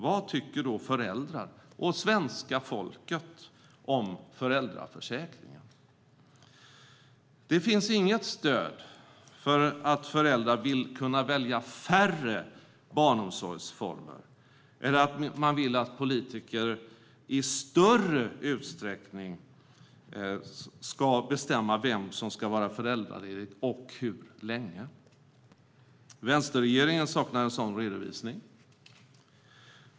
Vad tycker då föräldrar och svenska folket om föräldraförsäkringen? Det finns inget stöd för att föräldrar vill kunna välja färre barnomsorgsformer eller att de vill att politiker i större utsträckning ska bestämma vem som ska vara föräldraledig och hur länge. Vänsterregeringen saknar en sådan redovisning.